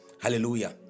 Hallelujah